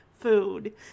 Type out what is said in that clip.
food